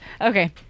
okay